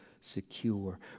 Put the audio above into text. secure